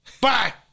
Bye